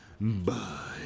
Bye